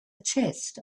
chest